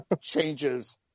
changes